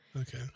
Okay